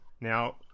Now